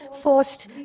forced